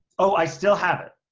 oh, i still have it?